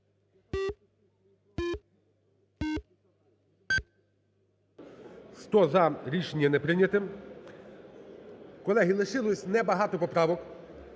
За-100 Рішення не прийняте. Колеги, лишилося не багато поправок.